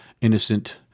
innocent